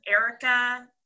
Erica